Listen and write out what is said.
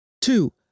Two